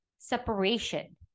Separation